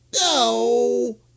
No